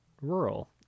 rural